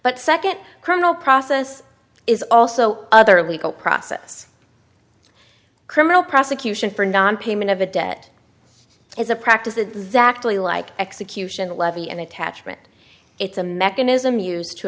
but second criminal process is also other legal process criminal prosecution for nonpayment of a debt it is a practice the exactly like execution levy and attachment it's a mechanism used to